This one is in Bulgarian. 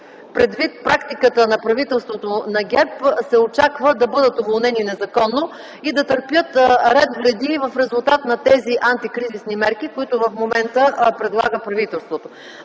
предвид практиката на правителството на ГЕРБ се очаква да бъдат уволнени незаконно и да търпят ред вреди в резултат на тези антикризисни мерки, които в момента предлага правителството,